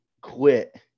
quit